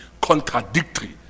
contradictory